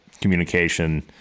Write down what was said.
communication